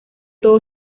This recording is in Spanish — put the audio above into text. todo